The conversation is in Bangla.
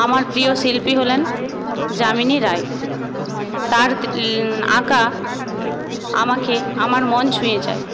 আমার প্রিয় শিল্পী হলেন যামিনী রায় তাঁর আঁকা আমাকে আমার মন ছুঁয়ে যায়